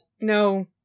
No